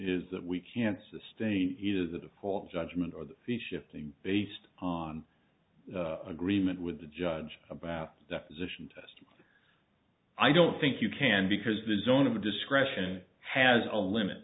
is that we can't sustain either the default judgment or the fee shifting based on agreement with the judge about deposition test i don't think you can because the zone of discretion has a limit